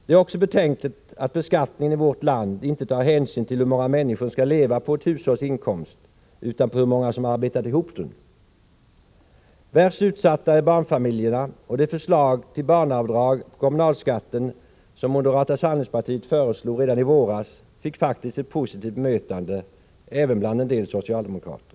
Det är också betänkligt att beskattningen i vårt land inte tar hänsyn till hur många människor som skall leva på ett hushålls inkomst utan på hur många som arbetat ihop den. Värst utsatta är barnfamiljerna, och det förslag till barnavdrag på kommunalskatten som moderata samlingspartiet kom med redan i våras fick faktiskt ett positivt bemötande även bland en del socialdemokrater.